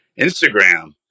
Instagram